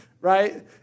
Right